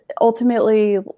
ultimately